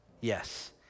yes